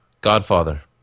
Godfather